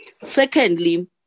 Secondly